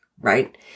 Right